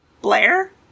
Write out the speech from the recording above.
Blair